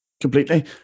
Completely